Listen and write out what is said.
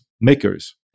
makers